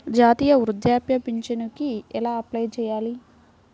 జాతీయ వృద్ధాప్య పింఛనుకి ఎలా అప్లై చేయాలి?